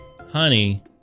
Honey